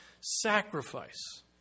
sacrifice